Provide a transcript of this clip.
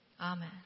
Amen